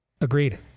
Agreed